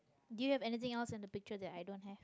do you have anything else in the picture that i don't have